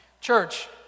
Church